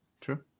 True